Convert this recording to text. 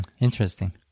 Interesting